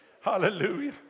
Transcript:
Hallelujah